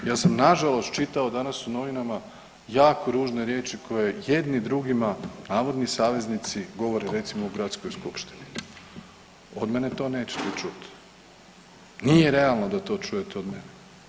Ja sam nažalost čitao danas u novinama jako ružne riječi koje jedni drugima navodni saveznici govore recimo u gradskoj skupštini, od mene to nećete čut, nije realno da to čujete od mene.